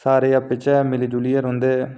सारे आपू चे मिली जुलियै रौंह्दे